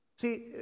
See